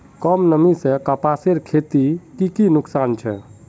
कम नमी से कपासेर खेतीत की की नुकसान छे?